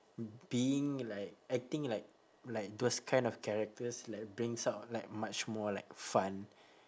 being like acting like like those kind of characters like brings out like much more like fun